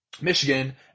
Michigan